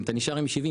אתה נשאר עם 70,